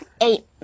eight